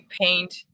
paint